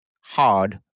hard